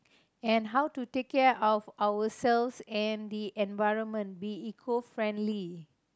and how to take care of ourselves and the environment be eco friendly